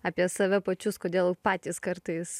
apie save pačius kodėl patys kartais